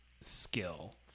skill